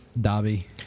dobby